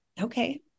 Okay